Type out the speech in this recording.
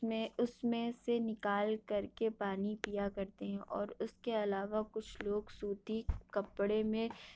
میں اس میں سے نکال کر کے پانی پیا کرتے ہیں اور اس کے علاوہ کچھ لوگ سوتی کپڑے میں